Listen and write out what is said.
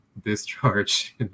discharge